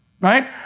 right